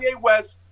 West